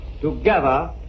Together